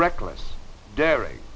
reckless daring